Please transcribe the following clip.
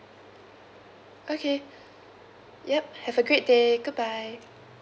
okay yup have a great day goodbye